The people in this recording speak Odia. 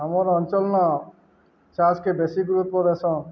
ଆମର ଅଞ୍ଚଳନ ଚାଷକେ ବେଶୀ ଗୁରୁତ୍ୱ ଦେଇସନ୍